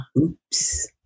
oops